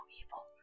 evil